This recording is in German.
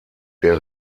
der